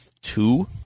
two